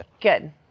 Good